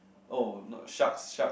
oh not sharks sharks